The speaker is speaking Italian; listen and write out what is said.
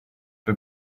per